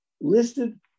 listed